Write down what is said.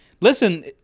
listen